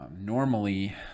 normally